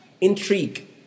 intrigue